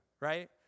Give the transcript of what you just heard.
right